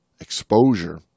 exposure